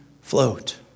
float